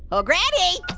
oh, granny!